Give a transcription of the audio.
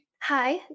hi